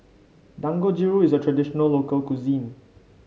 dangojiru is a traditional local cuisine